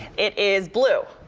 it is blue.